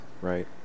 right